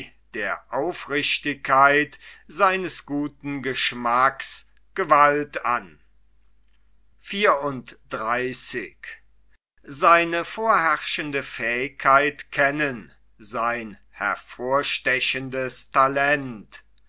der aufrichtigkeit seines guten geschmackes gewalt an sein hervorstechendes talent